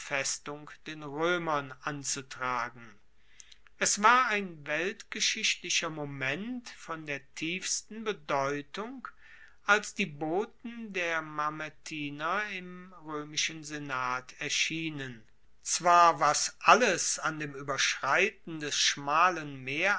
den roemern anzutragen es war ein weltgeschichtlicher moment von der tiefsten bedeutung als die boten der mamertiner im roemischen senat erschienen zwar was alles an dem ueberschreiten des schmalen